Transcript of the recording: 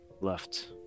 left